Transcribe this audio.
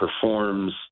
performs